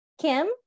Kim